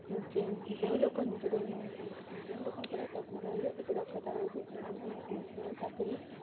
ଯେ ଯେଉଁ ଲୋକ ନିଜର ଯେଉଁ ଲୋକଙ୍କର ଟେକ୍ନୋଲୋଜିର କିଛି ଦକ୍ଷତା ରହିଛି ସେମାନେ ନୂତନ ନୂତନ ଚାକିରି